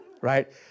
Right